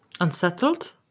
unsettled